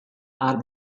art